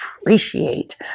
appreciate